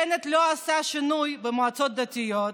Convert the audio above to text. בנט לא עשה שינוי במועצות הדתיות,